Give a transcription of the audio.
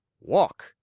Walk